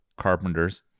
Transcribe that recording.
carpenters